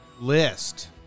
list